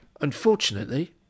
Unfortunately